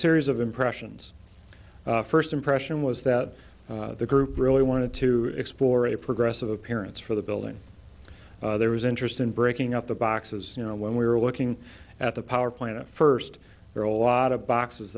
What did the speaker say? series of impressions first impression was that the group really wanted to explore a progressive appearance for the building there was interest in breaking up the boxes you know when we were looking at the power plant first there are a lot of boxes